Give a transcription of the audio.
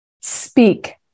speak